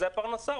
זו הפרנסה,